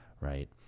right